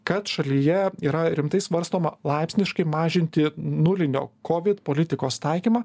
kad šalyje yra rimtai svarstoma laipsniškai mažinti nulinio kovid politikos taikymą